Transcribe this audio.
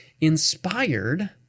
inspired